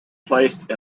placed